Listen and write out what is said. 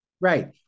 Right